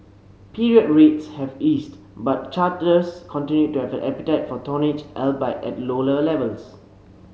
period rates have eased but charterers continued to have an appetite for tonnage albeit at lower levels